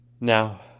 Now